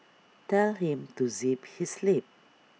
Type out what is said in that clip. tell him to zip his lip